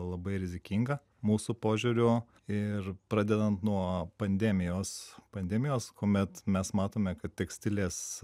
labai rizikinga mūsų požiūriu ir pradedant nuo pandemijos pandemijos kuomet mes matome kad tekstilės